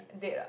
dead ah